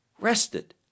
rested